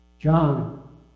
John